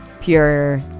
pure